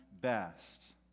best